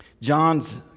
John's